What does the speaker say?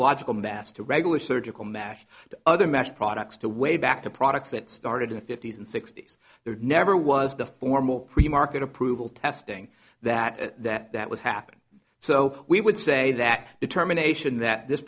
a mass to regular surgical mash to other mash products to way back to products that started in the fifty's and sixty's there never was the formal premarket approval testing that that that was happening so we would say that determination that this